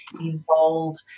involved